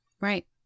Right